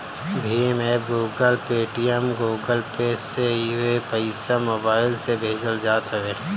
Bhim app, Google, Paytm, Google Pay से पईसा mobile से भेजल जात हवे